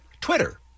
Twitter